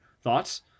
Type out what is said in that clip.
Thoughts